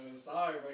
Sorry